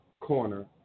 corner